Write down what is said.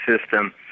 system